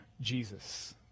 Jesus